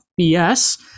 BS